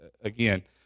again